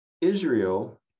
Israel